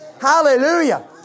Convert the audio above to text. Hallelujah